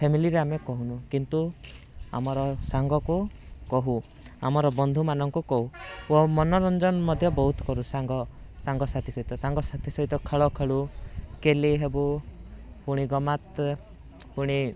ଫ୍ୟାମିଲିରେ ଆମେ କହୁନୁ କିନ୍ତୁ ଆମର ସାଙ୍ଗକୁ କହୁ ଆମର ବନ୍ଧୁମାନଙ୍କୁ କହୁ ଓ ମନୋରଞ୍ଜନ ମଧ୍ୟ ବହୁତ କରୁ ସାଙ୍ଗ ସାଙ୍ଗସାଥି ସହିତ ସାଙ୍ଗସାଥି ସହିତ ଖେଳ ଖେଳୁ କେଲେଇ ହେବୁ ପୁଣି ଗମାତ ପୁଣି